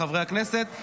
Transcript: חברי הכנסת,